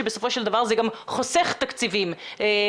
שזה בסופו של דבר גם חוסך תקציבים בהמשך,